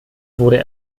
wurde